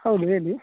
ಹೌದು ಹೇಳಿ